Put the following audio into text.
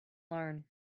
learn